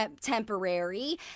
temporary